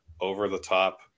over-the-top